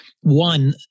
One